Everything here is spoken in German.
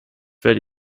werde